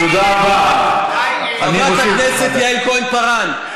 חברת הכנסת יעל כהן-פארן,